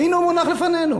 והנה הוא מונח לפנינו.